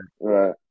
right